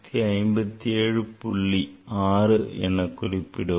6 எனக் குறிப்பிடுவார்